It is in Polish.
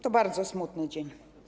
To bardzo smutny dzień.